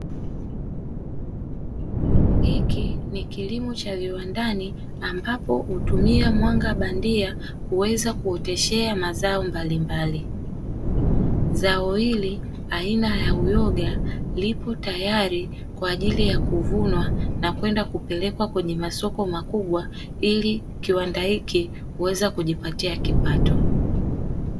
Hiki ni kilimo cha viwandani ambapo hutumia mwanga bandia kuweza kuoteshea mazao mbalimbali zao hili aina ya uyoga lipo tayari kwa ajili ya kuvunwa na kwenda kupelekwa kwenye masoko makubwa ili kiwanda hiki kuweza kujipatia kipato